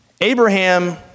Abraham